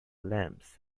lamps